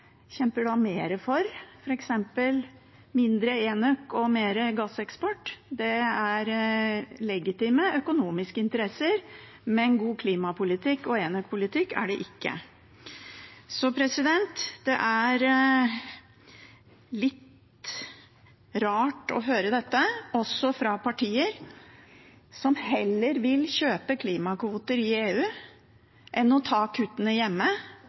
kjemper mer for, f.eks. mindre enøk og mer gasseksport. Det er legitime økonomiske interesser, men god klimapolitikk og enøk-politikk er det ikke. Det er litt rart å høre dette fra partier, som heller vil kjøpe klimakvoter i EU enn å ta kuttene hjemme